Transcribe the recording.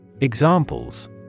Examples